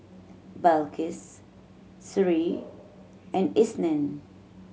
Balqis Sri and Isnin